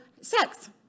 sex